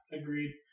agreed